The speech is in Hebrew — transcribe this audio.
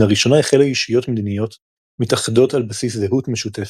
לראשונה החלו ישויות מדיניות מתאחדות על בסיס זהות משותפת,